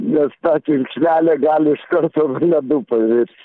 nes ta čiurkšlelė gali iš karto ledu pavirst